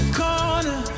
corner